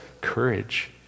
courage